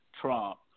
Trump